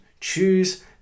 Choose